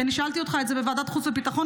כי אני שאלתי אותך את זה בוועדת החוץ והביטחון,